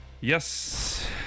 Yes